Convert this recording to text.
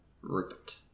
Rupert